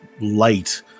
light